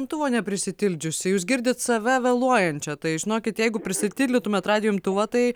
imtuvo neprisipildžiusi jūs girdit save vėluojančią tai žinokit jeigu prisipildytumėt radijo imtuvą tai